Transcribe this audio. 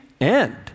end